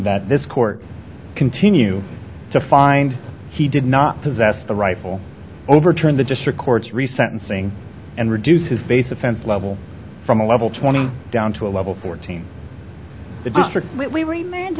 that this court continue to find he did not possess the rifle overturned the district court's re sentencing and reduce his base offense level from a level twenty down to a level fourteen the district we re